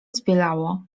zbielało